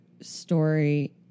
story